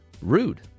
rude